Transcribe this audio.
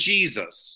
Jesus